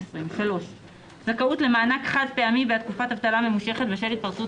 2020. זכאות למענק חד פעמי בעד תקופת אבטלה ממושכת בשל התפרצות